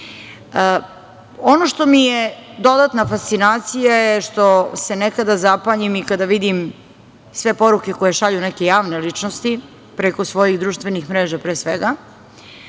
što mi je dodatna fascinacija je što se nekada zapanjim i kada vidim sve poruke koje šalju neke javne ličnosti preko svojih društvenih mreža, pre svega,